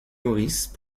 maurice